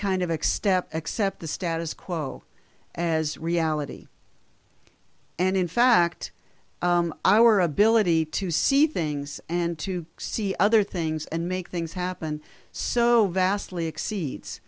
kind of extent accept the status quo as reality and in fact our ability to see things and to see other things and make things happen so vastly exceeds